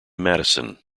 madison